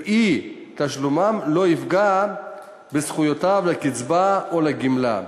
ואי-תשלומם לא יפגע בזכויות לקצבה או לגמלה.